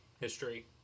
history